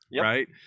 Right